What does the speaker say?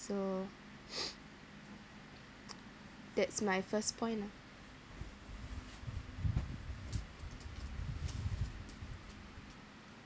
so that's my first point lah